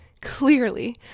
clearly